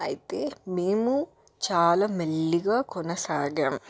అయితే మేము చాలా మెల్లిగా కొనసాగాం